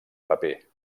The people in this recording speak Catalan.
paper